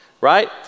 right